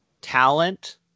talent